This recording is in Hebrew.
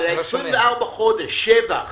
אבל 24 חודש שבח